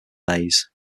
days